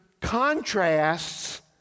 contrasts